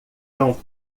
cão